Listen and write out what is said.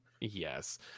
Yes